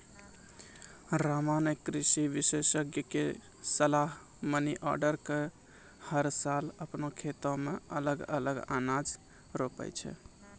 रामा नॅ कृषि विशेषज्ञ के सलाह मानी कॅ हर साल आपनों खेतो मॅ अलग अलग अनाज रोपै छै